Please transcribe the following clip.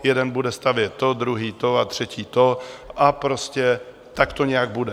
Jeden bude stavět to, druhý to a třetí to a prostě tak to nějak bude.